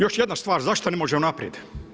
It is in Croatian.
Još jedna stvar, zašto ne možemo naprijed?